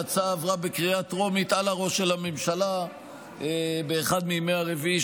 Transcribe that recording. ההצעה עברה בקריאה טרומית על הראש של הממשלה באחד מימי רביעי,